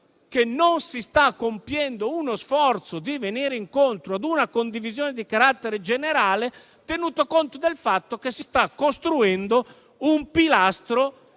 che non si sta compiendo uno sforzo per venire incontro ad una condivisione di carattere generale, dal momento che si sta costruendo un pilastro